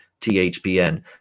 THPN